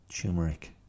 turmeric